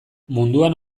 munduan